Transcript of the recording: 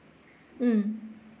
mm